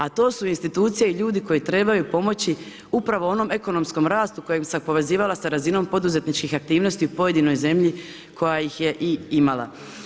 A to su institucije ljudi koji trebaju pomoći upravo onom ekonomskom rastu kojem bi se povezivala sa razinom poduzetničkih aktivnosti u pojedinoj zemlji koja ih je i imala.